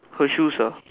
her shoes ah